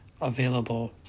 available